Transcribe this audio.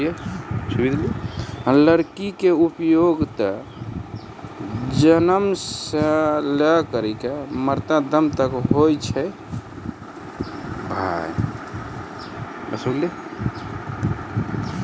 लकड़ी के उपयोग त जन्म सॅ लै करिकॅ मरते दम तक पर होय छै भाय